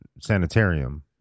sanitarium